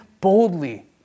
boldly